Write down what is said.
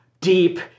deep